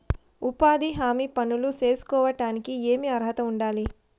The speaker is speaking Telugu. ఉపాధి హామీ పనులు సేసుకోవడానికి ఏమి అర్హత ఉండాలి?